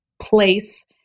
place